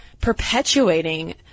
perpetuating